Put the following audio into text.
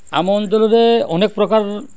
ଆମ ଅଞ୍ଚଳରେ ଅନେକ ପ୍ରକାର